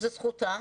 שזו זכותה,